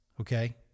okay